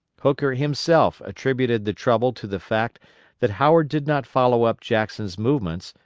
hooker himself attributed the trouble to the fact that howard did not follow up jackson's movements,